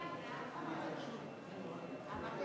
החלטת ועדת